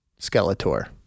Skeletor